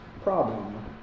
problem